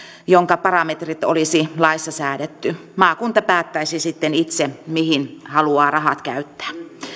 jonka parametrit olisi laissa säädetty maakunta päättäisi sitten itse mihin haluaa rahat käyttää